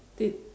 did